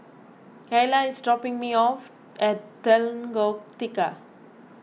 Kyla is dropping me off at Lengkok Tiga